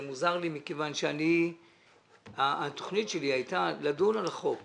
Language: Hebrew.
זה מוזר לי מכיוון שהתוכנית שלי הייתה לדון בחוק